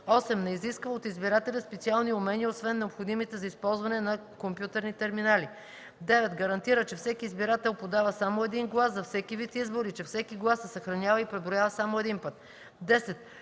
8. не изисква от избирателя специални умения освен необходимите за използване на компютърни терминали; 9. гарантира, че всеки избирател подава само един глас за всеки вид избор и че всеки глас се съхранява и преброява само един път; 10.